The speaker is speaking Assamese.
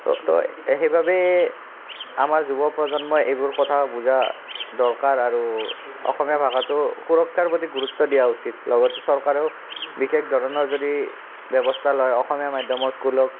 তো সেইবাবেই আমাৰ যুৱপ্ৰজন্মই এইবোৰ কথা বুজা দৰকাৰ আৰু অসমীয়া ভাষাটোৰ সুৰক্ষাৰ প্ৰতি গুৰুত্ব দিয়া উচিত লগতে চৰকাৰেও বিশেষ ধৰণৰ যদি ব্যৱস্থা লয় অসমীয়া মাধ্যমৰ স্কুলক